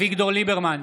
אביגדור ליברמן,